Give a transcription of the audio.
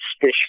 fish